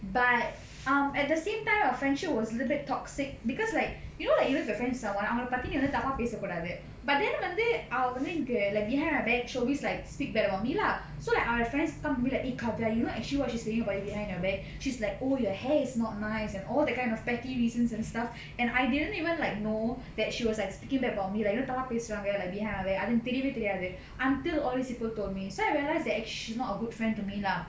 but um at the same time our friendship was little bit toxic because like you know like you be friends with someone அவுங்கள பத்தி நா எதும் தப்பா பேச கூடாது:avungala patthi naa edhum thappaa pesa koodathu but then வந்து அவுங்க வந்து எனக்கு:vandhu avunga vandhu enakku like my back she's always like speak bad about me lah so like our friends come to me like eh kadya you know actually what she's saying about you behind your back she's like oh your hair is not nice and all that kind of petty reasons and stuff and I didn't even like know that she was like speaking bad about me like தப்பா பேசறாங்க:thappaa pesranga like behind my back அப்டின்னு தெரியவே தெரியாது:apdinu theriyave theriyadhu until all these people told me so I realised that she's not a good friend to me lah